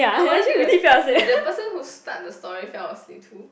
I wonder did the did the person who start the story fell asleep too